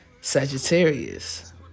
Sagittarius